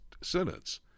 sentence